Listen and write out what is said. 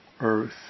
earth